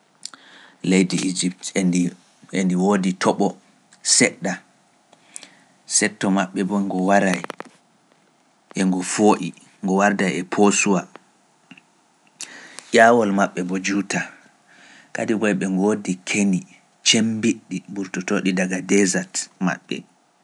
Leydi Egypte ndi woodi toɓo seɗɗa, seɗto maɓɓe mbo ngu waraay, ngu fooƴi, ngu warda e poosuwa, ƴaawol maɓɓe mbo juuta, kadi ɓe ngoodi keni cemmbiɗɗi ɓurtoto ɗi daga desat maɓɓe.